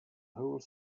whole